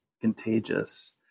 contagious